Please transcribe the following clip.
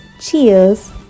Cheers